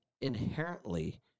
inherently –